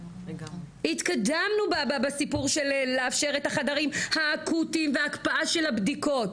התקדמנו בסיפור של לאפשר את החדרים האקוטיים וההקפאה של הבדיקות,